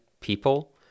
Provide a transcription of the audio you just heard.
people